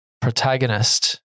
protagonist